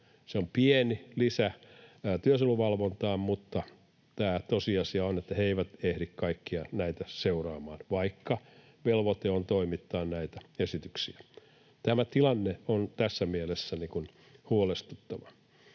Se on pieni lisä työsuojeluvalvontaan, mutta tosiasia on, että he eivät ehdi kaikkia näitä seuraamaan, vaikka velvoite on toimittaa näitä esityksiä. Tämä tilanne on tässä mielessä huolestuttava.